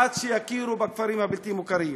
עד שיכירו בכפרים הבלתי-מוכרים.